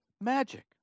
magic